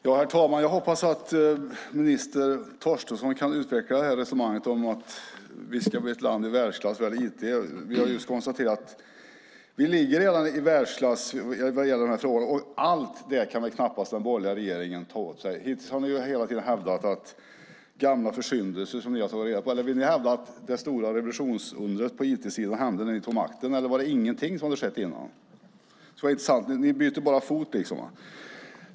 Herr talman! Jag hoppas att minister Torstensson kan utveckla det här resonemanget om att vi ska bli ett land i världsklass när det gäller IT. Vi har just konstaterat att vi redan ligger i världsklass när det gäller den frågan, och allt det kan väl knappast den borgerliga regeringen ta åt sig äran för. Hittills har ni hela tiden hävdat gamla försyndelser som ni har tagit reda på. Vill ni hävda att det stora revolutionsundret på IT-sidan hände när ni tog makten? Var det ingenting som hade skett innan? Det skulle vara intressant. Ni byter liksom bara fot.